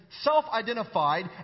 self-identified